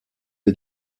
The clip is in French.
est